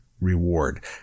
reward